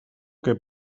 que